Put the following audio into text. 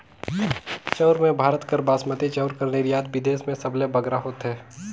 चाँउर में भारत कर बासमती चाउर कर निरयात बिदेस में सबले बगरा होथे